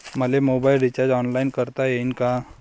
मले mobile recharge online करता येईन का?